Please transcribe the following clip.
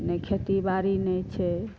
नहि खेती बारी नहि छै